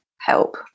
help